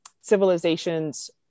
civilizations